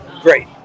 Great